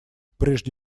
прежде